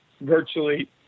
virtually